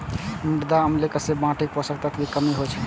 मृदा अम्लीकरण सं माटिक पोषक तत्व मे कमी होइ छै